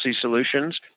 solutions